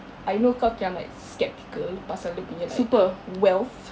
I know kau kind of like sceptical pasal dia punya like wealth